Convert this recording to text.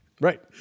Right